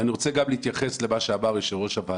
ואני רוצה גם להתייחס למה שאמר יושב-ראש הוועדה.